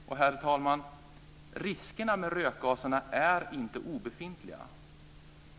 Herr talman! Riskerna med rökgaserna är inte obefintliga.